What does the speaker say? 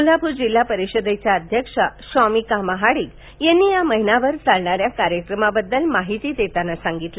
कोल्हापूर जिल्हा परिषदेच्या वध्यक्षा शौमिका महाडिक यांनी या महिनाभर चालणाऱ्या कार्यक्रमाबद्दल माहिती देताना सांगितलं